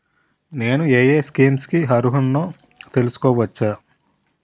నేను యే యే స్కీమ్స్ కి అర్హుడినో తెలుసుకోవచ్చా?